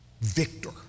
victor